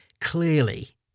clearly